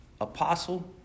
apostle